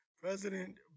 President